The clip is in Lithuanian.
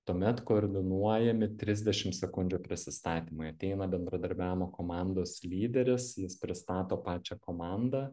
tuomet koordinuojami trisdešim sekundžių prisistatymai ateina bendradarbiavimo komandos lyderis jis pristato pačią komandą